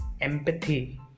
empathy